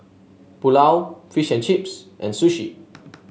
Pulao Fish and Chips and Sushi